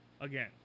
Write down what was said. again